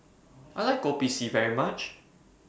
I like Kopi C very much